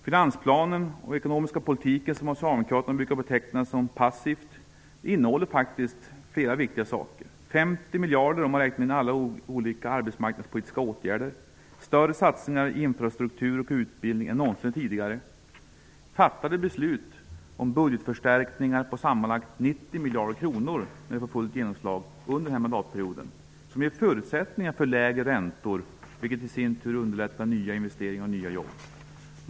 Finansplanen och den ekonomiska politiken, som av Socialdemokraterna brukar betecknas som passiva, innehåller faktiskt flera viktiga saker: -- större satsningar i infrastruktur och utbildning än någonsin tidigare och -- fattade beslut om budgetförstärkningar på sammanlagt 90 miljarder kronor, när de får fullt genomslag, under denna mandatperiod som ger förutsättningar för lägre räntor, vilket i sin tur underlättar nya investeringar och nya jobb.